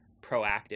proactive